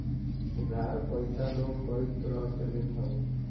उधार पईसा लोग कई तरही से लेत हवे